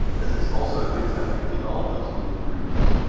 this is also a good time to clean all of those little grooves.